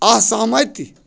असहमति